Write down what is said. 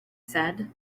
said